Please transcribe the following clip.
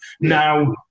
Now